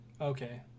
okay